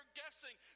guessing